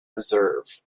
reserve